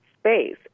space